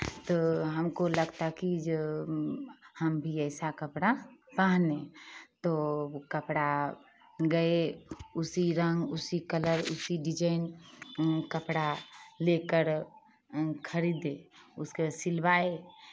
तो हमको लगता कि जो हम भी ऐसा कपड़ा पहने तो कपड़ा गए उसी रंग उसी कलर उसी डिज़ाइन कपड़ा लेकर खरीदे उसके बाद सिलवाए